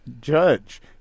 judge